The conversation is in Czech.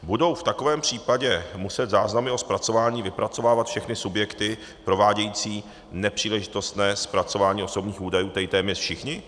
Budou v takovém případě muset záznamy o zpracování vypracovávat všechny subjekty provádějící nepříležitostné zpracování osobních údajů, tedy téměř všichni?